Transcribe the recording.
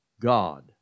God